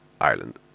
Ireland